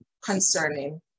concerning